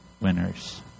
winners